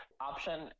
option